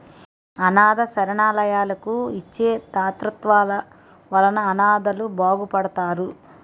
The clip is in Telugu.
అనాధ శరణాలయాలకు ఇచ్చే తాతృత్వాల వలన అనాధలు బాగుపడతారు